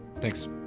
Thanks